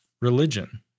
religion